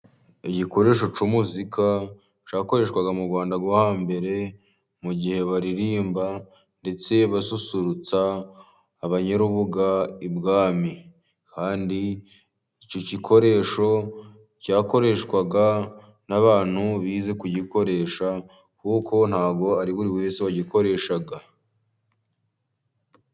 Igikoresho cy’umuzika cyakoreshwaga mu Rwanda rwo ha mbere, mu gihe baririmba ndetse basusurutsa abanyarubuga i Bwami. Kandi icyo gikoresho cyakoreshwaga n’abantu bize kugikoresha, kuko ntabwo ari buri wese wagikoresha.